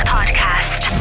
Podcast